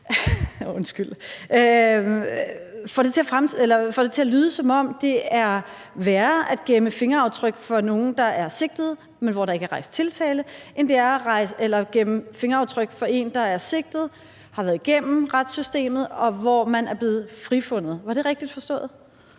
får det til at lyde, som om det er værre at gemme fingeraftryk fra nogen, der er sigtet, men hvor der ikke er rejst tiltale, end det er at gemme fingeraftryk fra en, der er sigtet og har været igennem retssystemet, og hvor man er blevet frifundet. Var det rigtigt forstået?